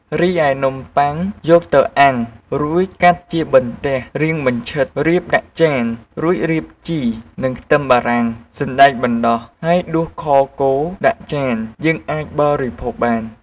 រីឯនំប័ុងយកទៅអាំំងរួចកាត់ជាបន្ទះរាងបញ្ឆិតរៀបដាក់ចានរួចរៀបជីនិងខ្ទឹមបារាំង សណ្តែកបណ្ដុះ ហើយដួសខគោដាក់ចានយើងអាចបរិភោគបាន។